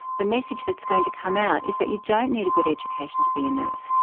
the message that's going to come out is that you don't need a good education to be a nurse,